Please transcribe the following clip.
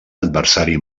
adversari